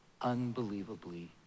unbelievably